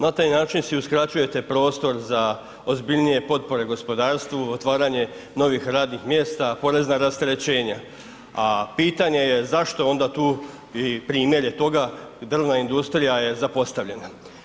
Na taj način si uskraćujete prostor za ozbiljnije potpore gospodarstvu, otvaranje novih radnih mjesta, porezna rasterećenja, a pitanje je zašto je onda tu i primjer je toga drvna industrija je zapostavljena.